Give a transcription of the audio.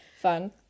Fun